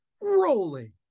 rolling